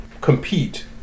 compete